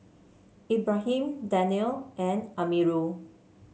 Ibrahim Daniel and Amirul